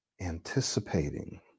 anticipating